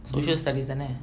social studies தான:thaana